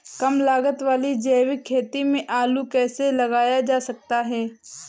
कम लागत वाली जैविक खेती में आलू कैसे लगाया जा सकता है?